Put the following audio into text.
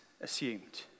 assumed